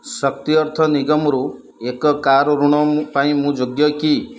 ଶକ୍ତି ଅର୍ଥ ନିଗମରୁ ଏକ କାର୍ ଋଣ ମୁଁ ପାଇଁ ମୁଁ ଯୋଗ୍ୟ କି